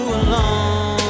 alone